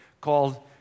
called